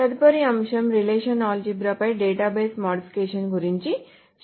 తదుపరి అంశం relational algebra పై డేటాబేస్ మోడిఫికేషన్స్ గురించి చర్చిద్దాము